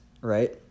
right